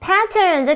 Pattern